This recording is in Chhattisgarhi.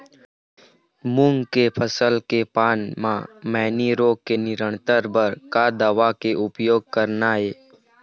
मूंग के फसल के पान म मैनी रोग के नियंत्रण बर का दवा के उपयोग करना ये?